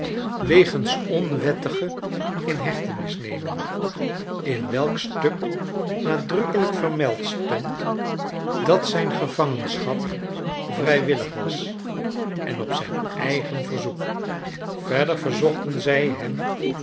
wegens onwettige inhechtenisneming in welk stuk nadrukkeljjk vermeld stond dat zijn gevangenschap vrijwillig was en op zijn eigen verzoek yerder verzochten zy hem